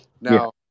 Now